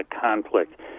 conflict